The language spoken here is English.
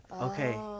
Okay